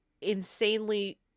insanely